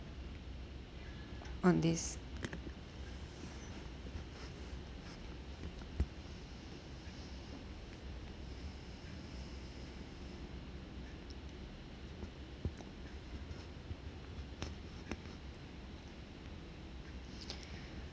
on this